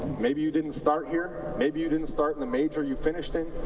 maybe you didn't start here. maybe you didn't start in the major you finished in.